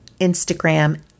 Instagram